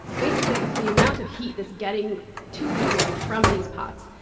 basically, it's the amount of heat that's getting to the food from these pots.